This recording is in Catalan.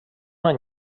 any